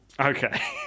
Okay